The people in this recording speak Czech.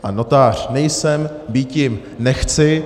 A notář nejsem, býti nechci.